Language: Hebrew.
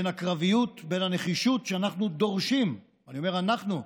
הקרביות, הנחישות שאנחנו דורשים, אני אומר "אנחנו"